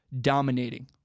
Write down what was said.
dominating